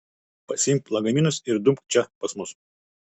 pasiimk lagaminus ir dumk čia pas mus